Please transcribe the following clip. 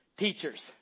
Teachers